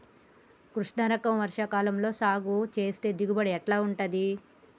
కృష్ణ రకం వర్ష కాలం లో సాగు చేస్తే దిగుబడి ఎట్లా ఉంటది?